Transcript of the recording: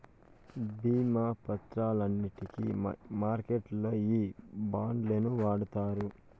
భీమా పత్రాలన్నింటికి మార్కెట్లల్లో ఈ బాండ్లనే వాడుతారు